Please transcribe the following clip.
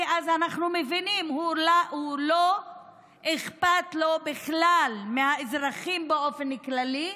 כי אז אנחנו מבינים: לא אכפת לו בכלל מהאזרחים באופן כללי,